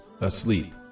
asleep